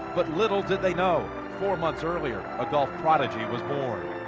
but little did they know, four months earlier, a golf prodigy was born.